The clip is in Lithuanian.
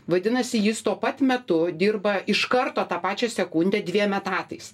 vadinasi jis tuo pat metu dirba iš karto tą pačią sekundę dviem etatais